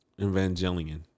Evangelion